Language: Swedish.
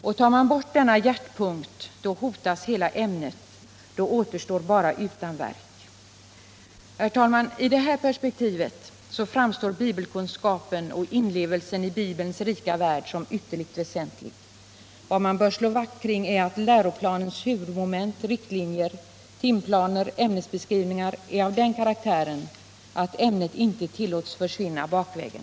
Tar man 7” bort denna hjärtpunkt hotas hela ämnet; då återstår bara utanverk. I det här perspektivet framstår bibelkunskapen och inlevelsen i Bibelns rika värld som ytterligt väsentlig. Man bör slå vakt om att läroplanens huvudmoment, riktlinjer, timplaner och ämnesbeskrivningar blir av den karaktären att ämnet inte tillåts försvinna bakvägen.